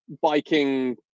biking